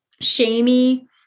shamey